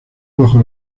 bajo